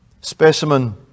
Specimen